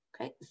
Okay